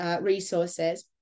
resources